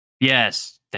Yes